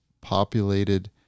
populated